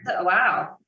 Wow